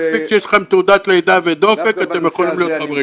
מספיק שיש לכם תעודת לידה ודופק ואתם יכולים להיות חברי כנסת.